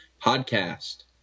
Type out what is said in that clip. podcast